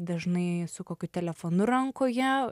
dažnai su kokiu telefonu rankoje